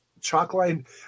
Chalkline